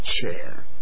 chair